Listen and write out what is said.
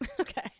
Okay